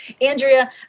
Andrea